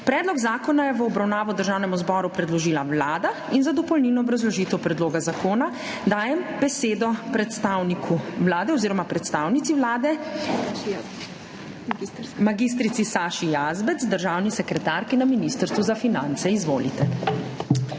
Predlog zakona je v obravnavo Državnemu zboru predložila Vlada. Za dopolnilno obrazložitev predloga zakona dajem besedo predstavnici Vlade mag. Saši Jazbec, državni sekretarki na Ministrstvu za finance. Izvolite.